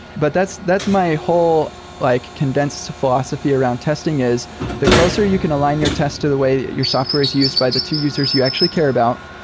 but that's that's my whole like condensed philosophy around testing, is the closer you can align your test to the way your software is used by the two users you actually care about,